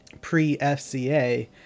pre-FCA